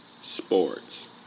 Sports